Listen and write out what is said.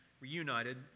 reunited